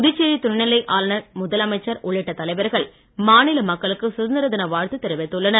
புதுச்சேரி துணைநிலை ஆளுநர் முதலமைச்சர் உள்ளிட்ட தலைவர்கள் மாநில மக்களுக்கு சுதந்திர தின வாழ்த்து தெரிவித்துள்ளனர்